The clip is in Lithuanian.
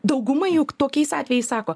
dauguma juk tokiais atvejais sako